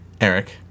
Eric